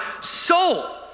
soul